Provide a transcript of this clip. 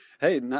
Hey